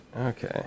Okay